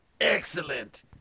Excellent